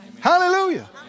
Hallelujah